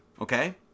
Okay